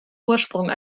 ursprung